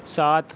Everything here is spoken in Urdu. سات